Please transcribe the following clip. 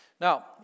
Now